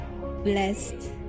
blessed